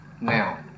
now